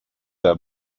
der